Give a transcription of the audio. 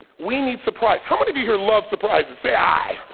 we need surprise. how many of you here love surprises, say aye.